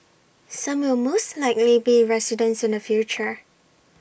some will most likely be residents in the future